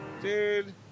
Dude